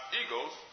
eagles